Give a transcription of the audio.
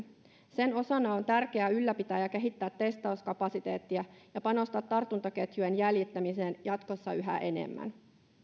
sen osana on tärkeää ylläpitää ja kehittää testauskapasiteettia ja panostaa tartuntaketjujen jäljittämiseen jatkossa yhä enemmän